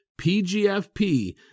PGFP